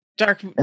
dark